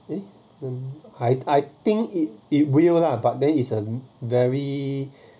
eh I I think it it will lah but then is a very